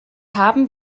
haben